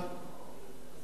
לחופש הביטוי.